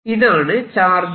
ഇതാണ് charge Q